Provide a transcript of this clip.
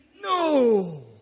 No